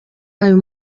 ayo